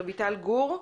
רויטל גור,